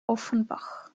offenbach